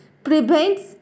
prevents